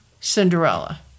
Cinderella